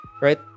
Right